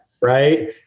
Right